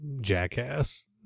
jackass